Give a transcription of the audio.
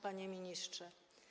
Panie Ministrze!